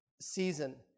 season